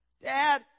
Dad